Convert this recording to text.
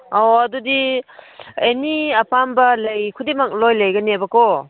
ꯑꯣ ꯑꯗꯨꯗꯤ ꯑꯦꯅꯤ ꯑꯄꯥꯝꯕ ꯂꯩ ꯈꯨꯗꯤꯡꯃꯛ ꯂꯣꯏ ꯂꯩꯒꯅꯤꯕꯀꯣ